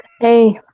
Hey